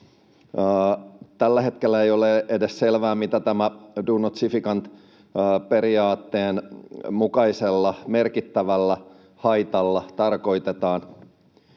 Tällä hetkellä ei ole edes selvää, mitä tämän do no significant harm ‑periaatteen mukaisella ”merkittävällä haitalla” tarkoitetaan.